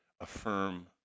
affirm